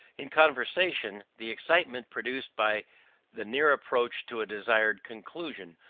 in conversation, the excitement produced by the near approach to a desired conclusion,